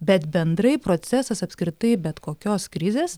bet bendrai procesas apskritai bet kokios krizės